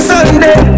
Sunday